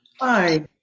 Hi